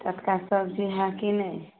टटका सब्जी है कि नहि